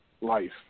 life